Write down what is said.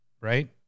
right